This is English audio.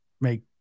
make